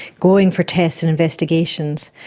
going for tests and investigations.